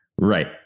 right